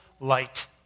light